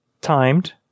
timed